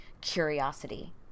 Curiosity